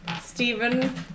Stephen